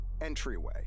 entryway